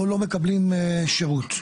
או לא מקבלים שירות.